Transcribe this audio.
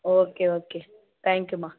okay okay தேங்க்யூம்மா